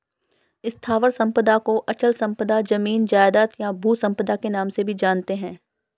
स्थावर संपदा को अचल संपदा, जमीन जायजाद, या भू संपदा के नाम से भी जानते हैं